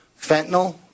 fentanyl